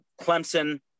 clemson